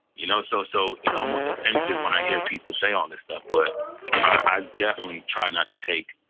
you know? so so it's almost offensive when i hear people say all this stuff. but i definitely try not to take,